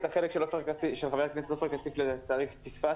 את החלק של חבר הכנסת עופר כסיף לצערי פספסתי.